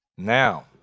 Now